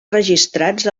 registrats